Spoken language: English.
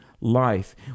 life